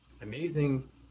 amazing